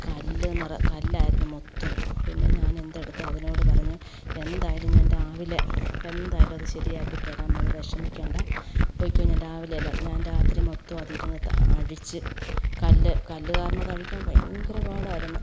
കല്ല് നിറ കല്ലായിരുന്നു മൊത്തവും പിന്നെ ഞാൻ എന്തെടുത്തോ അതിനോടു പറഞ്ഞു എന്തായാലും ഞാൻ രാവിലെ എന്തായാലും അത് ശരിയാക്കിത്തരാം മോൾ വിഷമിക്കേണ്ട പൊയ്ക്കോ ഞാൻ രാവിലെ എല്ലാം ഞാൻ രാത്രി മൊത്തവും അതിരുന്നു ത അഴിച്ചു കല്ല് കല്ല് കാരണം അത് അഴിക്കാൻ ഭയങ്കര പാടായിരുന്നു